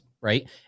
right